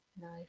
Nice